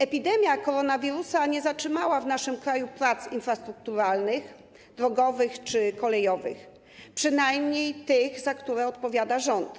Epidemia koronawirusa nie zatrzymała w naszym kraju prac infrastrukturalnych, drogowych czy kolejowych, przynajmniej tych, za które odpowiada rząd.